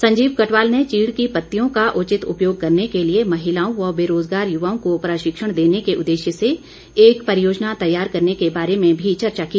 संजीव कटवाल ने चीड़ की पत्तियों का उचित उपयोग करने के लिए महिलाओं व बेरोजगार युवाओं को प्रशिक्षण देने के उद्देश्य से एक परियोजना तैयार करने के बारे में भी चर्चा की